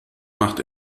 macht